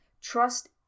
Trust